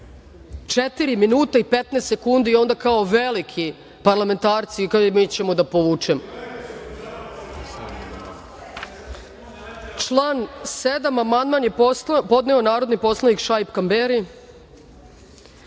minuta i 15 sekundi i onda kao veliki parlamentarci - mi ćemo da povučemo. Član 7. amandman je podneo narodni poslanik Šaip Kamberi. Na